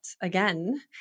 again